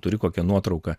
turi kokią nuotrauką